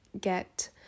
get